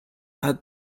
had